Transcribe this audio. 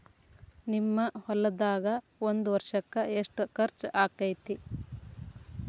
ನಿಮ್ಮ ಹೊಲ್ದಾಗ ಒಂದ್ ವರ್ಷಕ್ಕ ಎಷ್ಟ ಖರ್ಚ್ ಆಕ್ಕೆತಿ?